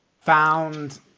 found